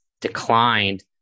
declined